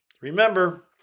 Remember